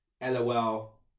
LOL